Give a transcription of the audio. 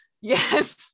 yes